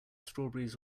strawberries